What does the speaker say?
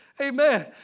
Amen